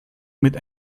mit